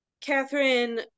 Catherine